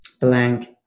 blank